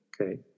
Okay